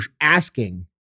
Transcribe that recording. asking